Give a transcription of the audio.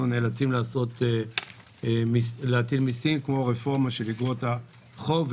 נאלצים להטיל מיסים כמו הרפורמה של אגרות החוב,